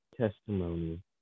testimony